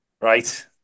Right